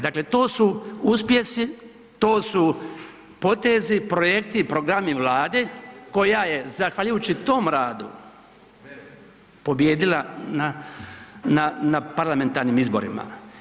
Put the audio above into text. Dakle to su uspjesi, to su potezi, projekti i programi Vlade koja je zahvaljujući tom radu pobijedila na parlamentarnim izborima.